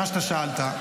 מה שאתה שאלת,